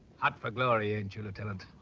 hot for glory, ain't you lieutenant?